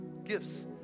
gifts